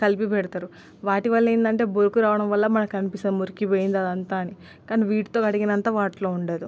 కలిపి పెడతరు వాటివళ్లేందంటే బురుకు రావడం వల్ల మనకి కనిపిస్తది మురికి పోయిందదంత అని కాని వీటితో కడిగినంత వాటిలో ఉండదు